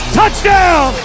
touchdown